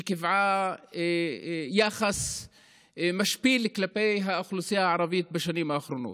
שקיבעה יחס משפיל כלפי האוכלוסייה הערבית בשנים האחרונות.